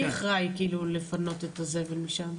מי אחראי לפנות את הזבל משם?